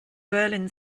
berlin